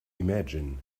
imagine